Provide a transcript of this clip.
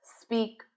speak